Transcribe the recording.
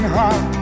heart